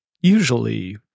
usually